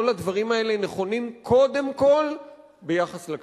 כל הדברים האלה נכונים קודם כול ביחס לקשישים.